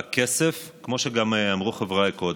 כמו שגם אמרו חבריי קודם,